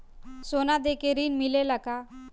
सोना देके ऋण मिलेला का?